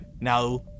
now